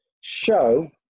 show